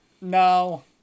No